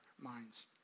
minds